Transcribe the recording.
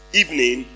evening